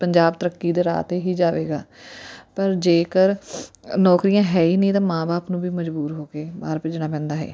ਪੰਜਾਬ ਤਰੱਕੀ ਦੇ ਰਾਹ 'ਤੇ ਹੀ ਜਾਵੇਗਾ ਪਰ ਜੇਕਰ ਨੌਕਰੀਆਂ ਹੈ ਹੀ ਨਹੀਂ ਤਾਂ ਮਾਂ ਬਾਪ ਨੂੰ ਵੀ ਮਜਬੂਰ ਹੋ ਕੇ ਬਾਹਰ ਭੇਜਣਾ ਪੈਂਦਾ ਹੈ